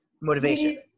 Motivation